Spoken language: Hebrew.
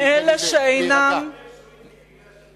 הוא אומר שהוא מתחיל בגלל שאני הפסקתי.